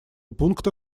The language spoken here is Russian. пункта